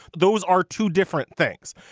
those are two different things.